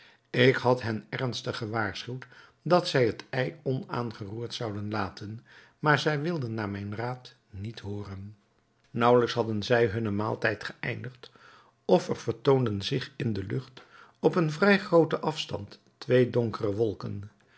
ik had hen ernstig gewaarschuwd dat zij het ei onaangeroerd zouden laten maar zij wilden naar mijn raad niet hooren naauwelijks hadden zij hunnen maaltijd geëindigd of er vertoonden zich in de lucht op een vrij grooten afstand twee donkere wolken